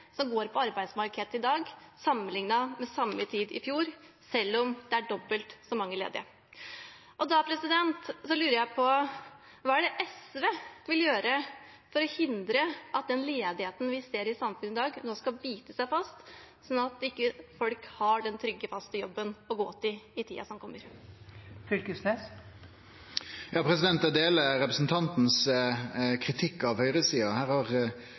som går på arbeidsmarkedstiltak i dag sammenlignet med samme tid i fjor, selv om det er dobbelt så mange ledige. Da lurer jeg på: Hva vil SV gjøre for å hindre at ledigheten vi ser i samfunnet i dag, nå skal bite seg fast, sånn at folk ikke har den trygge, faste jobben å gå til i tiden som kommer? Eg deler kritikken frå representanten av høgresida. Her